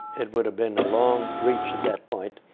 it would have been a long reach at that point.